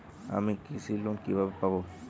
আমি কৃষি লোন কিভাবে পাবো?